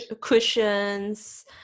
cushions